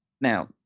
Now